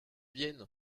vienne